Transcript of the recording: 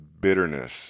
bitterness